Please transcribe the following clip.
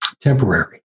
temporary